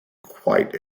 quite